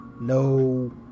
no